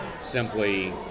simply